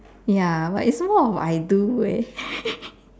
ya but it's more of I do leh